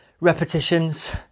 repetitions